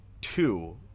two